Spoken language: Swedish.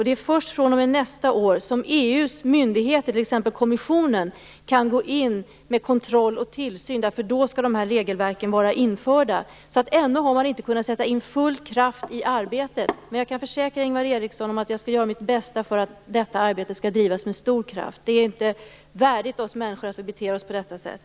Det är först fr.o.m. nästa år som EU:s myndigheter, t.ex. kommissionen, kan gå in med kontroll och tillsyn. Då skall dessa regelverk vara införda. Ännu har man alltså inte kunnat sätta in full kraft i arbetet, men jag kan försäkra Ingvar Eriksson att jag skall göra mitt bästa för att detta arbete skall bedrivas med stor kraft. Det är inte värdigt att vi människor beter oss på detta sätt.